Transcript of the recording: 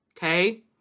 Okay